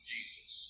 Jesus